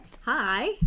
Hi